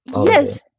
Yes